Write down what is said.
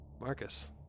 Marcus